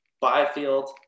Byfield